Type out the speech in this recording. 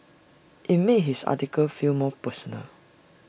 IT made his article feel more personal